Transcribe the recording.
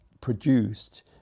produced